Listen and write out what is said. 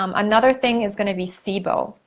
um another thing is gonna be sibo.